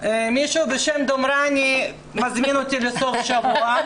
מישהו בשם דומרני מזמין אותי לסוף שבוע.